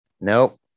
Nope